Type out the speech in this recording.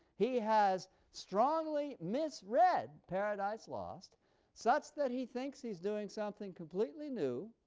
he has strongly misread paradise lost such that he thinks he's doing something completely new,